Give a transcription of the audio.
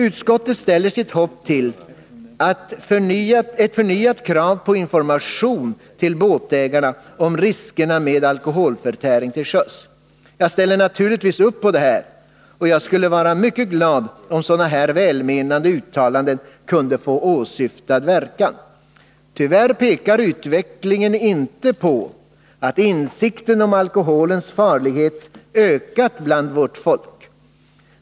Utskottet ställer sitt hopp till ett förnyat krav på information till båtägarna om riskerna med alkoholförtäring till sjöss. Jag ställer naturligtvis upp bakom detta, och jag skulle vara mycket glad, om sådana här välmenande uttalanden kunde få åsyftad verkan. Tyvärr pekar utvecklingen inte på att insikten om alkoholens farlighet ökat inom vårt folk.